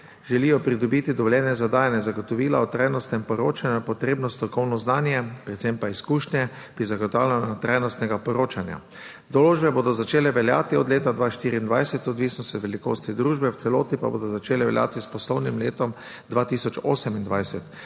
želijo pridobiti dovoljenje za dajanje zagotovila o trajnostnem poročanju, potrebno strokovno znanje, predvsem pa izkušnje pri zagotavljanju trajnostnega poročanja. Določbe bodo začele veljati od leta 2024, odvisne so od velikosti družbe, v celoti pa bodo začele veljati s poslovnim letom 2028.